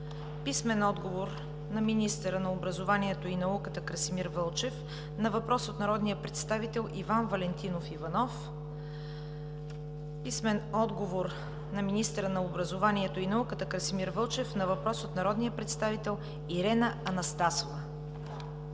Иванов; - министъра на образованието и науката Красимир Вълчев на въпрос от народния представител Иван Валентинов Иванов; - министъра на образованието и науката Красимир Вълчев на въпрос от народния представител Ирена Анастасова;